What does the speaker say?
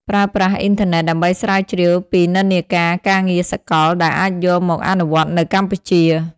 ប្រើប្រាស់អ៊ីនធឺណិតដើម្បីស្រាវជ្រាវពីនិន្នាការការងារសកល ដែលអាចយកមកអនុវត្តនៅកម្ពុជា។